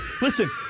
listen